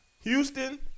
Houston